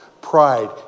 Pride